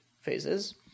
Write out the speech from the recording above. phases